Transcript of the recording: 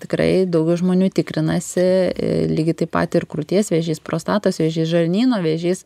tikrai daugiau žmonių tikrinasi lygiai taip pat ir krūties vėžys prostatos vėžys žarnyno vėžys